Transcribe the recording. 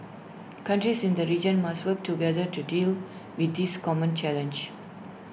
countries in the region must work together to deal with this common challenge